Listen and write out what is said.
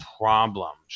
problems